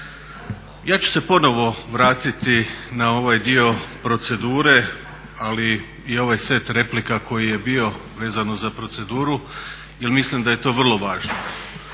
Ja ću se ponovo vratiti na ovaj dio procedure, ali i ovaj set replika koji je bio vezano za proceduru jer mislim da je to vrlo važno.